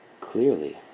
clearly